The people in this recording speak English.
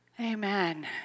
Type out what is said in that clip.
Amen